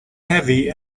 heavy